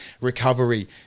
recovery